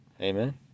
Amen